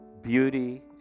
beauty